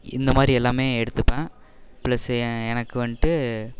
இந்த மாதிரி எல்லாமே எடுத்துப்பேன் ப்ளஸ்ஸு ஏ எனக்கு வந்துட்டு